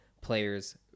players